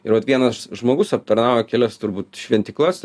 ir vat vienas žmogus aptarnauja kelias turbūt šventyklas